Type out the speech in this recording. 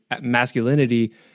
masculinity